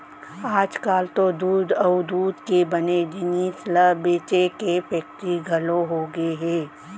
आजकाल तो दूद अउ दूद के बने जिनिस ल बेचे के फेक्टरी घलौ होगे हे